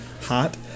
hot